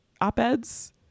op-eds